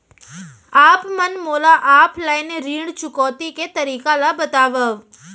आप मन मोला ऑफलाइन ऋण चुकौती के तरीका ल बतावव?